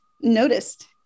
noticed